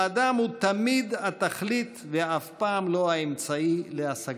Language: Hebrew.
האדם הוא תמיד התכלית ואף פעם לא האמצעי להשגתה.